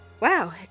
Wow